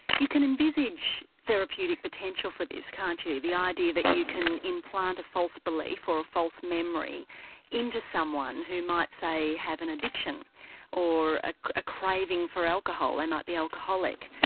you can envisage therapeutic potential for this, can't you, the idea that you can implant a false belief, or a false memory into someone who might, say, have an addiction or ah a craving for alcohol, they might be alcoholic.